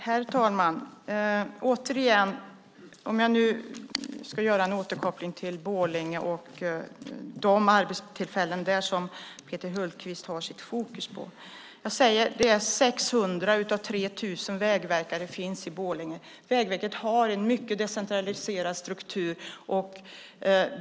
Herr talman! Låt mig göra en återkoppling till Borlänge och de arbetstillfällen som Peter Hultqvist fokuserar på. Jag säger att 600 av 3 000 vägverkare finns i Borlänge. Vägverket har en mycket decentraliserad struktur.